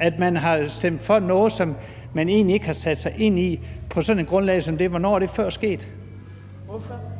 altså stemt for noget, som man egentlig ikke har sat sig ind i, på sådan et grundlag som det her? Hvornår er det før sket?